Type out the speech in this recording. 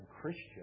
Christian